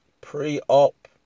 pre-op